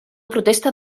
protesta